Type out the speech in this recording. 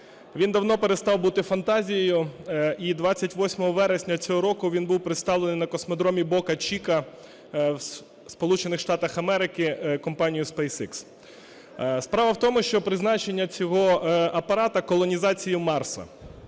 Він давно перестав бути фантазією. І 28 вересня цього року він був представлений на космодромі Бока-Чика в Сполучених Штатах Америки компанією SpaceХ. Справа в тому, що призначення цього апарата – колонізація Марса.